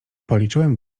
policzyłem